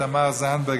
חברת הכנסת תמר זנדברג,